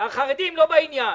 החרדים לא בעניין.